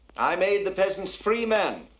i made the peasants free men.